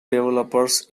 developers